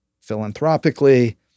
philanthropically